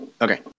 Okay